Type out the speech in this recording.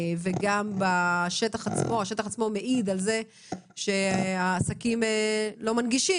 וגם השטח עצמו מעיד על זה שהעסקים לא מנגישים